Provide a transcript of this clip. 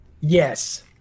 Yes